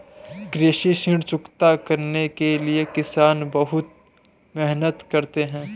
कृषि ऋण चुकता करने के लिए किसान बहुत मेहनत करते हैं